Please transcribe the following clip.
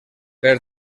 per